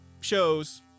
shows